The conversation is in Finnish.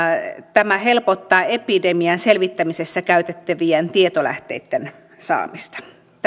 tämä helpottaa epidemian selvittämisessä käytettävien tietolähteitten saamista